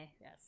Yes